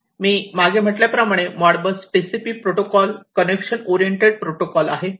मी मागे म्हटल्याप्रमाणे Modbus TCP protocol connection oriented protocol आहे